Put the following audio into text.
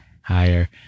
Higher